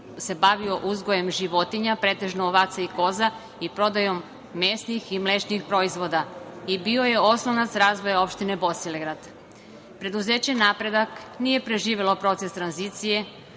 se bavio uzgojem životinja, pretežno ovaca i koza i prodajom mesnih i mlečnih proizvoda. Bio je oslonac razvoja opštine Bosilegrad. Preduzeće "Napredak" nije preživelo proces tranzicije.